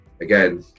again